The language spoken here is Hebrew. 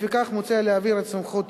לפיכך מוצע להעביר את הסמכות